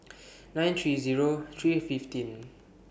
nine three Zero three fifteen